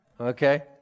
okay